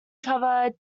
cover